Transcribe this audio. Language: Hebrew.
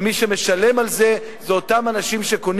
ומי שמשלמים על זה הם אותם אנשים שקונים